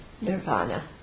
nirvana